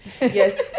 Yes